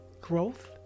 growth